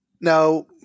Now